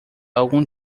algum